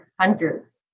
hundreds